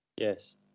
Yes